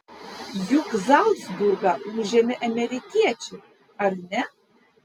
juk zalcburgą užėmė amerikiečiai ar ne